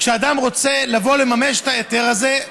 כשאדם רוצה לבוא ולממש את ההיתר הזה,